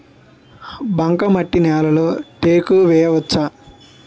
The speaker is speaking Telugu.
బంకమట్టి నేలలో టేకు వేయవచ్చా?